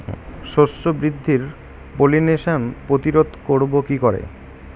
শস্য বৃদ্ধির পলিনেশান প্রতিরোধ করব কি করে?